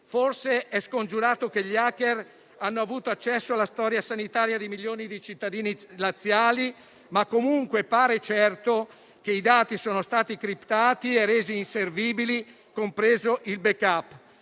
Forse è scongiurato che gli *hacker* abbiano avuto accesso alla storia sanitaria di milioni di cittadini laziali, ma comunque pare certo che i dati sono stati criptati e resi inservibili, compreso il *backup*.